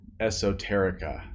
esoterica